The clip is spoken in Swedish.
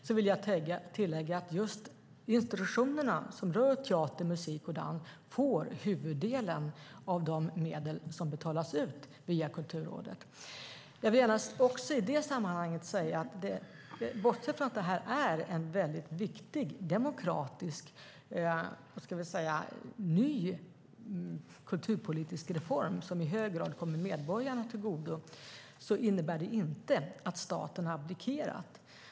Jag vill tillägga att just institutionerna som rör teater, musik och dans får huvuddelen av de medel som betalas ut via Kulturrådet. I det sammanhanget vill jag också gärna säga att, bortsett från att det här är en ny, mycket viktig, demokratisk kulturpolitisk reform som i hög grad kommer medborgarna till godo, det inte innebär att staten har abdikerat.